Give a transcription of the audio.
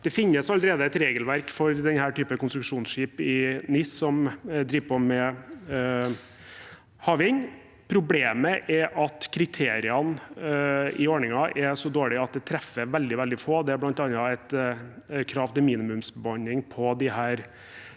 finnes et regelverk for denne typen konstruksjonsskip i NIS som driver på med havvind. Problemet er at kriteriene i ordningen er så dårlige at det treffer veldig få. Det er bl.a. et krav til minimumsbemanning på disse